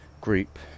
group